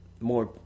More